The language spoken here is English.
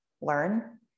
learn